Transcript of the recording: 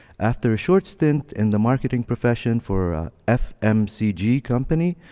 after a short stint in the marketing profession for a fmcg company,